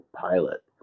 pilot